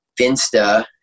Finsta